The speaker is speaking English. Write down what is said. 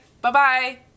bye-bye